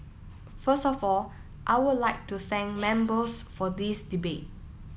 first of all I would like to thank members for this debate